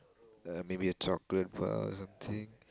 uh maybe a chocolate for her or something